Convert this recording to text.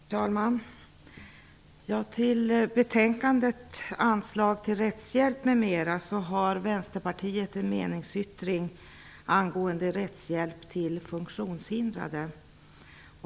Herr talman! Till betänkandet om anslag till rättshjälp, m.m. har Vänsterpartiet en meningsyttring angående rättshjälp till funktionshindrade.